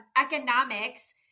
economics